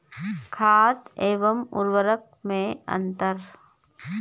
खाद एवं उर्वरक में अंतर?